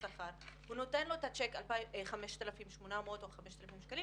הוא נותן לו את הצ'ק על 5,800 או 5,000 שקלים,